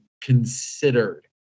considered